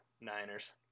Niners